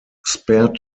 spare